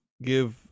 Give